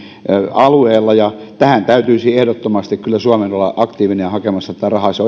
alueella ja tässä täytyisi ehdottomasti suomen olla aktiivinen ja hakemassa tätä rahaa se